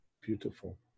Beautiful